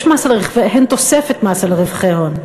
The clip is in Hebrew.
יש מס על רווחי הון.